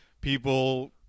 people